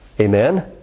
Amen